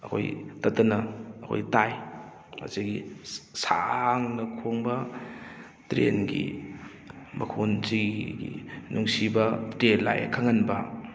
ꯑꯩꯈꯣꯏ ꯇꯠꯇꯅ ꯑꯩꯈꯣꯏ ꯇꯥꯏ ꯃꯁꯤꯒꯤ ꯁꯥꯡꯅ ꯈꯣꯡꯕ ꯇ꯭ꯔꯦꯟꯒꯤ ꯃꯈꯣꯟꯁꯤꯒꯤ ꯅꯨꯡꯁꯤꯕ ꯇ꯭ꯔꯦꯟ ꯂꯥꯀꯑꯦ ꯈꯪꯍꯟꯕ